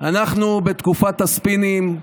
אנחנו בתקופת הספינים.